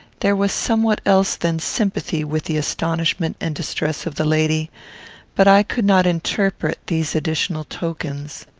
there was somewhat else than sympathy with the astonishment and distress of the lady but i could not interpret these additional tokens.